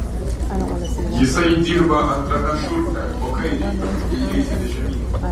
jisai dirba antrame šurfe po kairei jei eisite žemyn